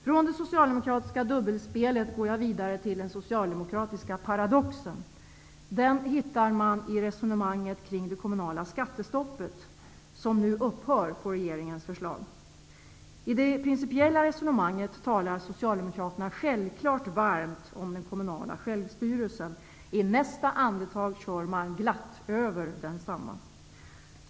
Från det socialdemokratiska dubbelspelet går jag vidare till den socialdemokratiska paradoxen. Den hittar man i resonemanget kring det kommunala skattestoppet, som nu upphör på regeringens förslag. I det principiella resonemanget talar Socialdemokraterna självklart varmt om den kommunala självstyrelsen. I nästa andetag kör man glatt över densamma.